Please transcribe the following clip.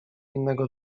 innego